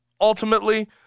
ultimately